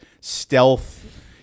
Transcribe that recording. stealth